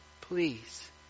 please